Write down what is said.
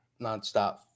nonstop